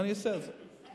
ואעשה את זה,